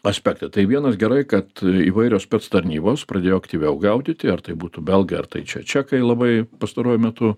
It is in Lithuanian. aspektai tai vienas gerai kad įvairios spec tarnybos pradėjo aktyviau gaudyti ar tai būtų belgai ar tai čia čekai labai pastaruoju metu